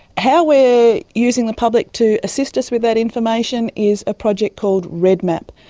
how we're using the public to assist us with that information is a project called redmap.